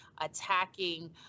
attacking